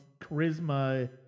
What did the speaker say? charisma